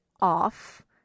off